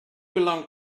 belong